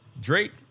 Drake